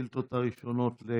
השאילתות הראשונות הן